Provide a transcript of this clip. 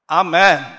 amen